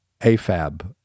AFAB